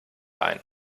ein